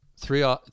Three